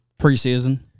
Preseason